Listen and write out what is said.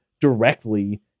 directly